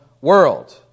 world